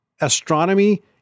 astronomy